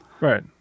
Right